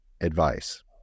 advice